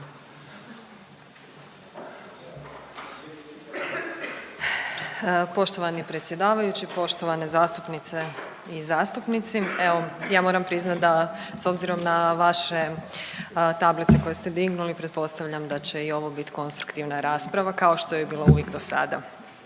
Poštovani predsjedavajući, poštovane zastupnice i zastupnici, evo ja moram priznat da s obzirom na vaše tablice koje ste dignuli pretpostavljam da će i ovo bit konstruktivna rasprava, kao što je i bila uvijek dosada.